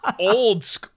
old